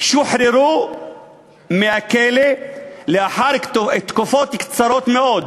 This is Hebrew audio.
שוחררו מהכלא לאחר תקופות קצרות מאוד,